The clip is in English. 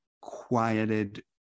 quieted